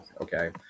okay